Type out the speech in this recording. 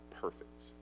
perfect